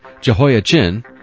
Jehoiachin